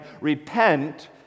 Repent